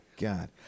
god